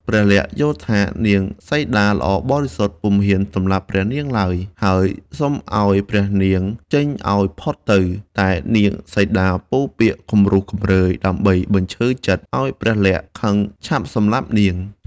ព្រះលក្សណ៍យល់ថានាងសីតាល្អបរិសុទ្ធ ពុំហ៊ានសម្លាប់ព្រះនាងឡើយ ហើយសុំឱ្យព្រះនាងចេញឱ្យផុតទៅ តែនាងសីតាពោលពាក្យគំរោះគំរើយ ដើម្បីបញ្ឈឺចិត្តឱ្យព្រះលក្សណ៍ខឹងឆាប់សម្លាប់នាង។